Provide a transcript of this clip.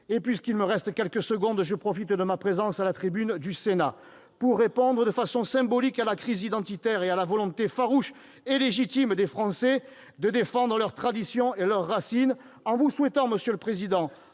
Puisqu'il me reste quelques secondes, je profite de ma présence à la tribune du Sénat pour répondre, de façon symbolique, à la crise identitaire et à la volonté farouche et légitime des Français de défendre leurs traditions et leurs racines, en vous souhaitant, monsieur le président,